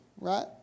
right